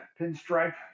pinstripe